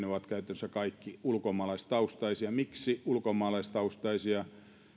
ovat käytännössä kaikki ulkomaalaistaustaisia miksi ulkomaalaistaustaisia